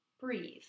breathe